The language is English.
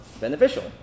beneficial